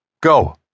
Go